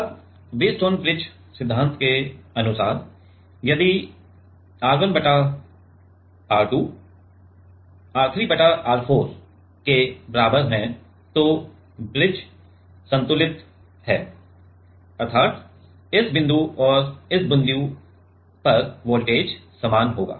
अब Wheatstone bridge सिद्धांत के अनुसार यदि तो ब्रिज संतुलित है अर्थात् इस बिंदु और इस बिंदु पर वोल्टेज समान होगा